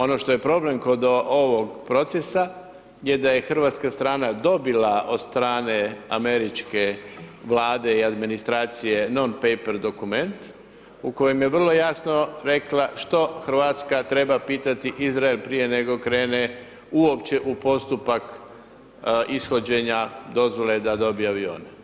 Ono što je problem kod ovog procesa je da je hrvatska strana dobila od strane američke Vlade i administracije non-paper dokument, u kojem je vrlo jasno rekla što Hrvatska treba pitati Izrael prije nego krene uopće u postupak ishođenja dozvole da dobije avione.